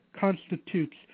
constitutes